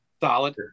Solid